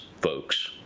folks